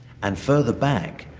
and further back,